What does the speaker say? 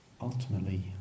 ultimately